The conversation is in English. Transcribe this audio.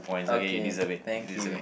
okay thank you